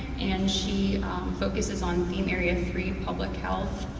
and she focuses on area three public health.